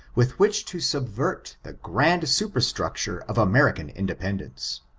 with which to subvert the grand superstructure of american independence.